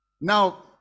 now